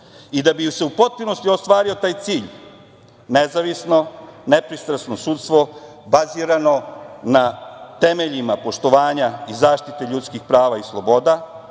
bi se u potpunosti ostvario taj cilj nezavisno, nepristrasno sudstvo bazirano na temeljima poštovanja i zaštite ljudskih prava i sloboda,